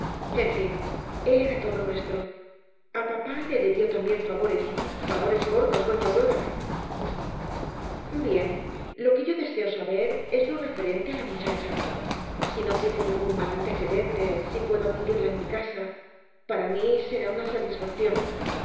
en fin él era todo nuestro a papá le debió también favores favores gordos doña aurora bien lo que yo deseo saber es lo referente á la muchacha si no tiene ningún mal antecedente si puedo admitirla en mi casa para mí será una satisfacción